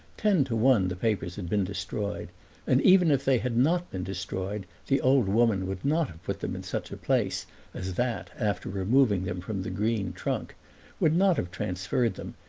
ten to one the papers had been destroyed and even if they had not been destroyed the old woman would not have put them in such a place as that after removing them from the green trunk would not have transferred them,